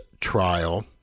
trial